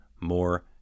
more